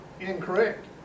incorrect